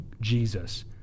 Jesus